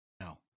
No